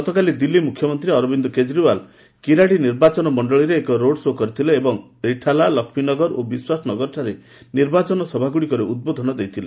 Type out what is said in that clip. ଗତକାଲି ଦିଲ୍ଲୀ ମୁଖ୍ୟମନ୍ତ୍ରୀ ଅରବିନ୍ଦ କେଜରିଓ୍ୱାଲା କିରାଡ଼ି ନିର୍ବାଚନ ମଣ୍ଡଳୀରେ ଏକ ରୋଡ୍ଶୋ' କରିଥିଲେ ଏବଂ ରିଠାଲା ଳକ୍ଷ୍ମୀନଗର ଓ ବିଶ୍ୱାସନଗରଠାରେ ନିର୍ବାଚନ ସଭାଗୁଡ଼ିକରେ ଉଦ୍ବୋଧନ ଦେଇଥିଲେ